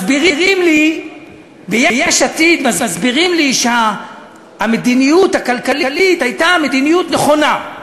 מסבירים לי ביש עתיד שהמדיניות הכלכלית הייתה מדיניות נכונה.